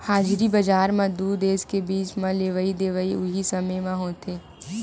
हाजिरी बजार म दू देस के बीच म लेवई देवई उहीं समे म होथे